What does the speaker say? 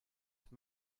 just